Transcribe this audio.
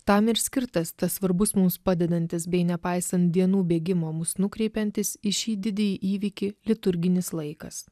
tam ir skirtas tas svarbus mums padedantis bei nepaisant dienų bėgimo mus nukreipiantis į šį didį įvykį liturginis laikas